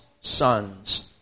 sons